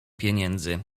pieniędzy